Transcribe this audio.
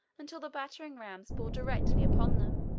until the battering rams bore directly upon them,